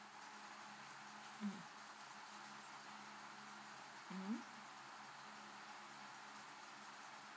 mm mm